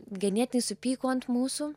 genėtinai supyko ant mūsų